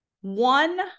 one